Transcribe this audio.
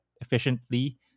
efficiently